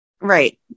Right